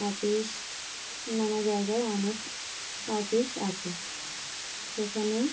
office নানা জায়গায় অনেক অফিস আসে সেখানে